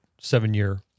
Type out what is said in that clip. seven-year